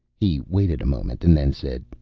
he waited a moment and then said,